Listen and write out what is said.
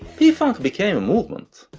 p-funk became a movement,